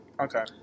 okay